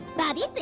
body